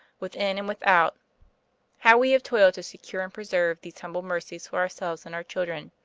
within and without how we have toiled to secure and preserve these humble mercies for ourselves and our children!